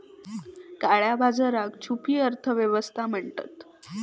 काळया बाजाराक छुपी अर्थ व्यवस्था म्हणतत